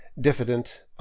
diffident